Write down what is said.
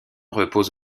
repose